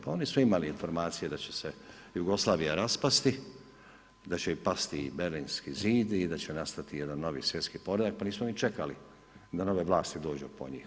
Pa oni su imali informacije da će se Jugoslavija raspasti, da će pasti i Berlinski zid i da će nastati jedan novi svjetski poredak, pa nisu oni čekali da nove vlasti dođu po njih.